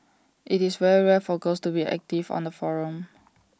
it's very rare for girls to be active on the forum